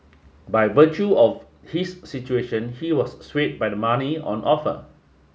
by virtue of his situation he was swayed by the money on offer